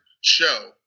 show